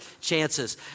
chances